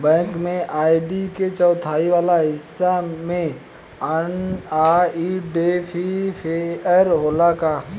Bank में ID के चौथाई वाला हिस्सा में आइडेंटिफैएर होला का?